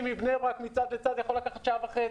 מבני-ברק מצד לצד יכול לקחת שעה וחצי.